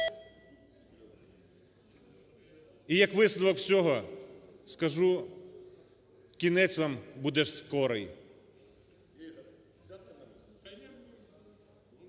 І як висновок всього, скажу: кінець вам буде скорий.